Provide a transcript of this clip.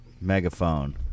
megaphone